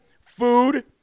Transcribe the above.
food